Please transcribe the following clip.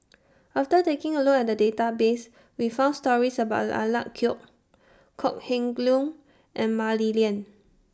after taking A Look At The Database We found stories about Alec Kuok Kok Heng Leun and Mah Li Lian